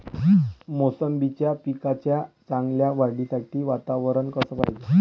मोसंबीच्या पिकाच्या चांगल्या वाढीसाठी वातावरन कस पायजे?